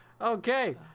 okay